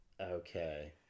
Okay